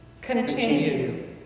continue